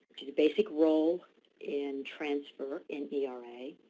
to the basic role in transfer in era,